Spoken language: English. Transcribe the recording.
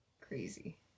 Crazy